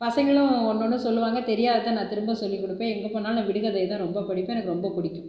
பசங்களும் ஒன்று ஒன்று சொல்லுவாங்கள் தெரியாததை நான் திரும்ப சொல்லி கொடுப்பன் எங்கே போனாலும் நான் விடுகதையை தான் ரொம்ப படிப்பேன் எனக்கு ரொம்ப பிடிக்கும்